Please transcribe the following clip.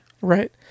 right